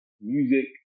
music